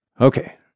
Okay